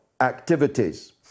activities